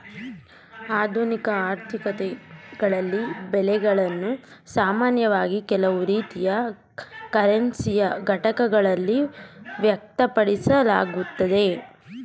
ಆಧುನಿಕ ಆರ್ಥಿಕತೆಗಳಲ್ಲಿ ಬೆಲೆಗಳನ್ನು ಸಾಮಾನ್ಯವಾಗಿ ಕೆಲವು ರೀತಿಯ ಕರೆನ್ಸಿಯ ಘಟಕಗಳಲ್ಲಿ ವ್ಯಕ್ತಪಡಿಸಲಾಗುತ್ತೆ